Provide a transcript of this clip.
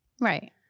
right